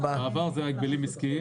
בעבר זה היה רשות ההגבלים העסקיים.